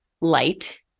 light